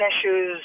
issues